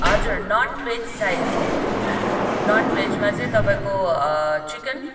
हजुर ननभेज चाहिएको ननभेजमा चाहिँ तपाईँको चिकन